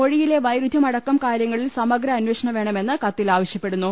മൊഴിയിലെ വൈരുധ്യം അടക്കം കാര്യങ്ങളിൽ സമഗ്ര അന്വേഷണം വേണമെന്ന് കത്തിൽ ആവശ്യപ്പെടുന്നു